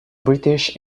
british